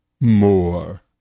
more